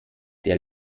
der